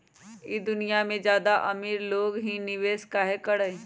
ई दुनिया में ज्यादा अमीर लोग ही निवेस काहे करई?